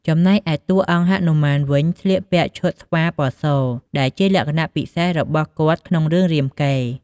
ចំណែកឯតួអង្គ ហនុមាន វិញស្លៀកពាក់ឈុតស្វាពណ៌ស ដែលជាលក្ខណៈពិសេសរបស់គាត់ក្នុងរឿងរាមកេរ្តិ៍ ។